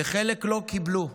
וחלק לא קיבלו.